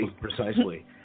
precisely